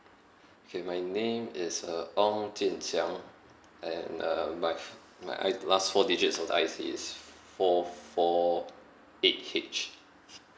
K my name is uh ong jin xiang and uh my f~ my I last four digits of the I_C is f~ four four eight H